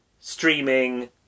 streaming